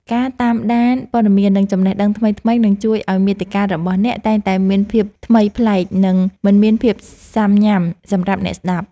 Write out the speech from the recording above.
ការតាមដានព័ត៌មាន និងចំណេះដឹងថ្មីៗនឹងជួយឱ្យមាតិការបស់អ្នកតែងតែមានភាពថ្មីប្លែក និងមិនមានភាពស៊ាំញ៉ាំសម្រាប់អ្នកស្តាប់។